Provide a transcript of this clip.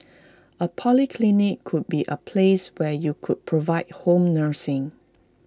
A polyclinic could be A place where you could provide home nursing